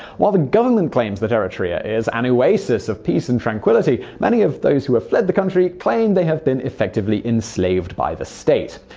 while the government claims that eritrea is an oasis of peace and tranquility, many of those who have fled the country claim they had been effectively enslaved by the state.